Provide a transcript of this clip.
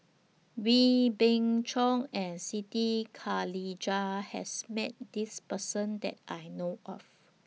Wee Beng Chong and Siti Khalijah has Met This Person that I know of